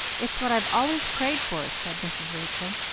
it's what i've always prayed for, said mrs. rachel,